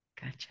Gotcha